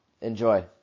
Enjoy